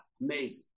Amazing